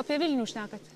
apie vilnių šnekat